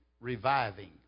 Reviving